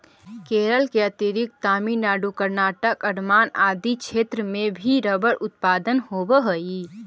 केरल के अतिरिक्त तमिलनाडु, कर्नाटक, अण्डमान आदि क्षेत्र में भी रबर उत्पादन होवऽ हइ